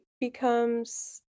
becomes